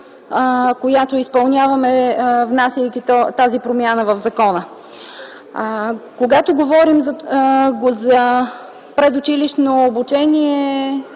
която изпълняваме, внасяйки тази промяна в закона. Когато говорим за предучилищно обучение,